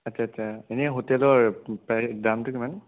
আচ্ছা আচ্ছা এনেই হোটেলৰ প্ৰায় দামটো কিমান